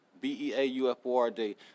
B-E-A-U-F-O-R-D